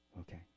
Okay